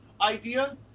idea